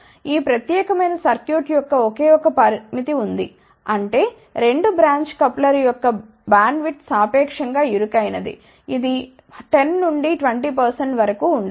ఈ ప్రత్యేకమైన సర్క్యూట్ యొక్క ఒకే ఒక పరిమితి ఉంది అంటే 2 బ్రాంచ్ కప్లర్ యొక్క బ్యాండ్విడ్త్ సాపేక్షం గా ఇరుకైన ది ఇది 10 నుండి 20 వరకు ఉండ వచ్చు